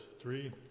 Three